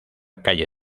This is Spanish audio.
calle